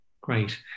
Great